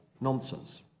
nonsense